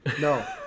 No